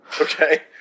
Okay